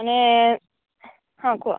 ମାନେ ହଁ କୁହ